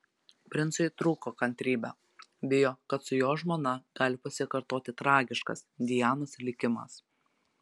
princui trūko kantrybė bijo kad su jo žmona gali pasikartoti tragiškas dianos likimas